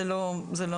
זה לא נכון.